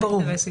ברור.